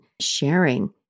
sharing